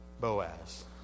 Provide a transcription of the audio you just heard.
Boaz